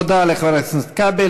תודה לחבר הכנסת כבל.